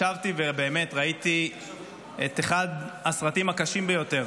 ישבתי ובאמת ראיתי את אחד הסרטים הקשים ביותר,